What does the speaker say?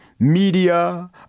Media